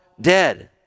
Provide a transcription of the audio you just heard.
dead